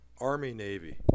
Army-Navy